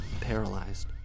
paralyzed